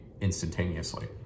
instantaneously